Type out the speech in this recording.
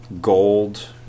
gold